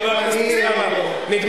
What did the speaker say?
שפוגע בשני עקרונות יסוד,